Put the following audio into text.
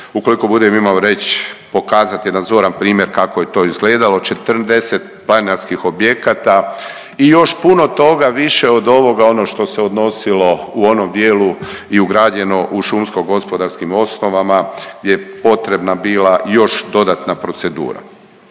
ukoliko budem imao reć, pokazat jedan zoran primjer kako je to izgledalo, 40 planinarskih objekata i još puno toga više od ovoga ono što se odnosilo u onom dijelu je ugrađeno u šumsko gospodarskim osnovama gdje je potrebna bila još dodatna procedura.